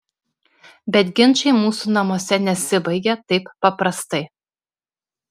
bet ginčai mūsų namuose nesibaigia taip paprastai